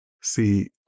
See